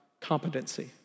competency